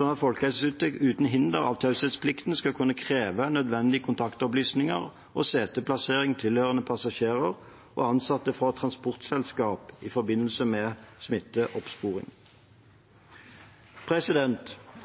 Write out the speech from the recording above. at Folkehelseinstituttet uten hinder av taushetsplikten skal kunne kreve nødvendige kontaktopplysninger og seteplasseringer tilhørende passasjerer og ansatte fra transportselskaper i forbindelse med smitteoppsporing.